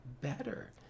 better